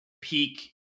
peak